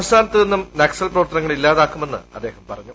സംസ്ഥാനത്ത് നിന്നും നക്സൽ പ്രവർത്തനങ്ങൾ ഇല്ലാതാക്കുമെന്ന് അദ്ദേഹം പറഞ്ഞു